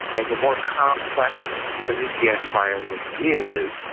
and the more complex the media environment is,